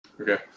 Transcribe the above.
okay